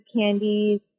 candies